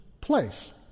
place